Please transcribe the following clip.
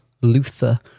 Luther